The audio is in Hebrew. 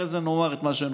אחרי זה נאמר את מה שנאמר,